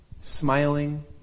Smiling